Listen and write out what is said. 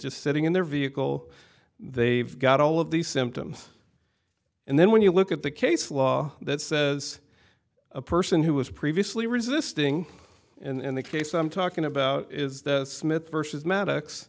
just sitting in their vehicle they've got all of these symptoms and then when you look at the case law that says a person who was previously resisting and in the case i'm talking about is the smith versus maddox